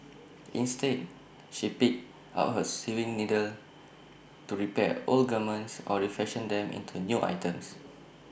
instead she picks up her sewing needle to repair old garments or refashion them into new items